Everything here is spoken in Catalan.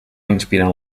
inspirant